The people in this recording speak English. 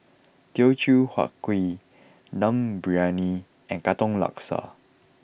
Teochew Huat Kuih Dum Briyani and Katong Laksa